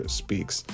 speaks